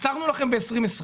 עצרנו לכם ב-2020,